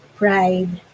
pride